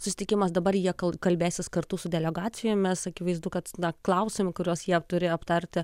susitikimas dabar jie kalbėsis kartu su delegacijomis akivaizdu kad daug klausimų kuriuos jie turi aptarti